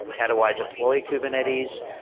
how do i deploy kubernetes?